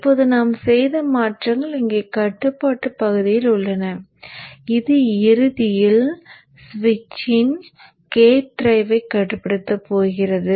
இப்போது நாம் செய்த மாற்றங்கள் இங்கே கட்டுப்பாட்டுப் பகுதியில் உள்ளன இது இறுதியில் சுவிட்சின் கேட் டிரைவைக் கட்டுப்படுத்தப் போகிறது